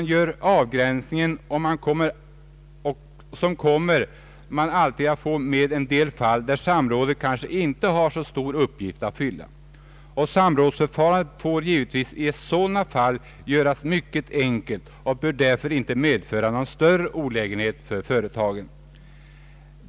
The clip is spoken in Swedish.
än gör avgränsningen som kommer, får man alltid med en del fall där samrådet kanske inte har en så stor uppgift att fylla. Samrådsförfarandet får givetvis i sådana fall göras mycket enkelt och bör därför inte medföra någon större olägenhet för företagen.